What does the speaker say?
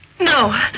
No